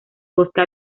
bosque